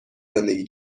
زندگی